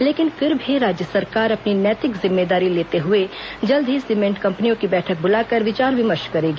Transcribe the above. लेकिन फिर भी राज्य सरकार अपनी नैतिक जिम्मेदारी लेते हुए जल्द ही सीमेंट कंपनियों की बैठक बुलाकर विचार विमर्श करेगी